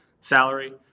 salary